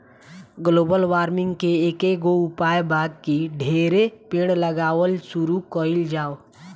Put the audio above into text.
global warming के एकेगो उपाय बा की ढेरे पेड़ लगावल शुरू कइल जाव